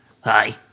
hi